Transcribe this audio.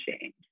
change